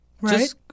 Right